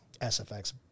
SFX